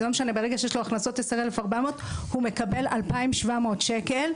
הוא יקבל 2,700 ₪.